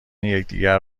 یکدیگر